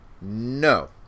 No